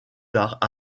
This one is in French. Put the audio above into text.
tard